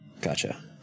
Gotcha